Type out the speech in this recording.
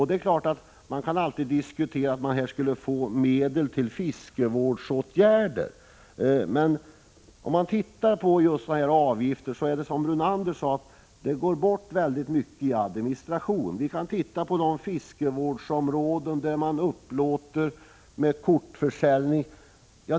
Det är klart att man alltid kan diskutera medel till fiskevårdsåtgärder. Men om man har sådana här avgifter går det bort väldigt mycket i administration, som också Lennart Brunander sade. Vi kan se på de fiskevårdsområden där man upplåter fiske genom kortförsäljning.